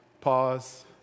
pause